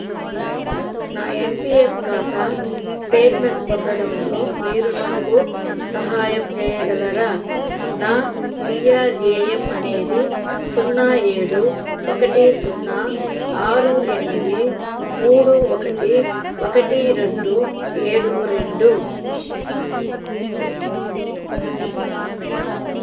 నా N P S ఖాతా statement పొందడంలో మీరు నాకు సహాయం చేయగలరా నా పీ ఆర్ ఏ ఎమ్ అనేది సున్నా ఏడు ఒకటి సున్నా ఆరు ఎనిమిది మూడు ఒకటి ఒకటి రెండు ఏడు రెండు